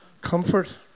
comfort